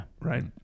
Right